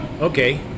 okay